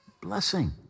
blessing